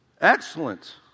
excellent